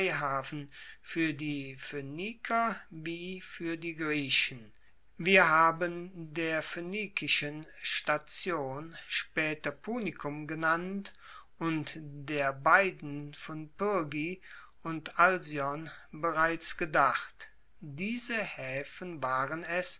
fuer die phoeniker wie fuer die griechen wir haben der phoenikischen station spaeter punicum genannt und der beiden von pyrgi und alsion bereits gedacht diese haefen waren es